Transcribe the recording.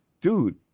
Dude